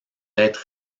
être